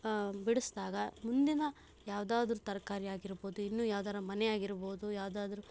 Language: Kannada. ಬಿಡಿಸ್ದಾಗ ಮುಂದಿನ ಯಾವುದಾದ್ರೂ ತರಕಾರಿ ಆಗಿರ್ಬೋದು ಇನ್ನು ಯಾವ್ದಾರು ಮನೆ ಆಗಿರ್ಬೋದು ಯಾವುದಾದ್ರೂ